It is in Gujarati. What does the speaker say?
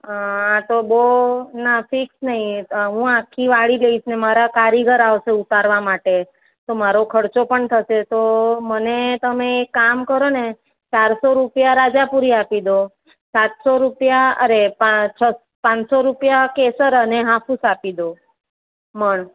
તો બહુ ના ફિક્સ નહીં એ તો હું આખી વાડી જોઇશ ને મારા કારીગર આવશે ઉતારવા માટે તો મારો ખર્ચો પણ થશે તો મને તમે એક કામ કરો ને ચારસો રૂપિયા રાજાપુરી આપી દો સાતસો રૂપિયા અરે પાન છસ પાંચસો રૂપિયા કેસર અને હાફુસ આપી દો મણ